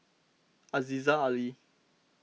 Aziza Ali